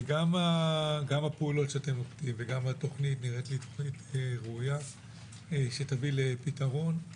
וגם על הפעולות שאתם נוקטים והתוכנית שנראית ראויה ותביא לפתרון.